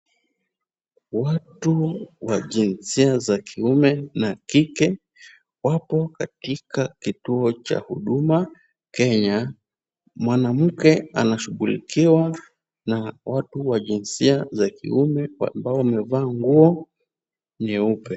Watu wa jinsia za kiume na kike wapo katika kituo cha huduma Kenya. Mwanamke anashughuliwa na watu wa jinsia ya kiume ambao wamevaa nyeupe.